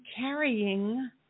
carrying